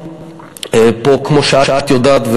כמו שאת יודעת,